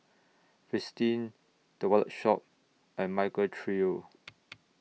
Fristine The Wallet Shop and Michael Trio